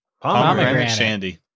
Pomegranate